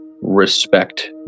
respect